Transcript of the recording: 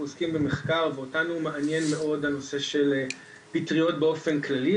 אנחנו עוסקים במחקר בוטני מעניין מאוד על נושא של פטריות באופן כללי,